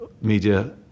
media